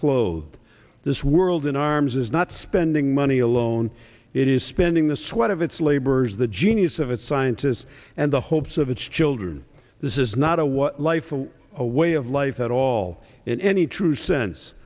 clothed this world in arms is not spending money alone it is spending the sweat of its labors the genius of its scientists and the hopes of its children this is not a what life is a way of life at all in any true sense